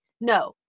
no